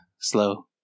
slow